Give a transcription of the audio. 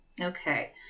Okay